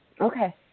Okay